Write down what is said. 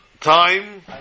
time